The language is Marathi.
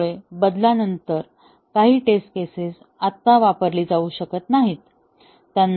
त्यामुळे बदलानंतर काही टेस्ट केसेस आता वापरली जाऊ शकत नाहीत